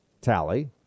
tally